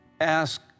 ask